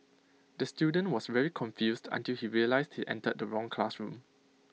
the student was very confused until he realised he entered the wrong classroom